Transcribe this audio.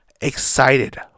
excited